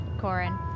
Corin